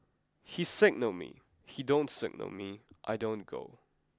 he signal me he don't signal me I don't go